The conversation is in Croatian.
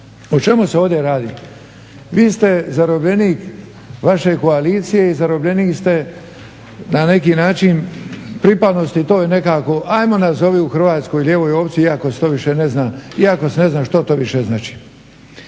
O čemu se ovdje radi? Vi ste zarobljenik vaše koalicije i zarobljenik ste na neki način pripadnosti toj nekako ajmo nazovi u Hrvatskoj lijevoj opciji iako se ne zna što to više znači.